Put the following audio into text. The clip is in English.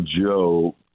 Joe